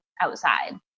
outside